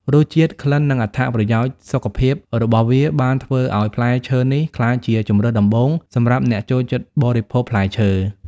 រសជាតិ ក្លិន និងអត្ថប្រយោជន៍សុខភាពរបស់វាបានធ្វើឲ្យផ្លែឈើនេះក្លាយជាជម្រើសដំបូងសម្រាប់អ្នកចូលចិត្តបរិភោគផ្លែឈើ។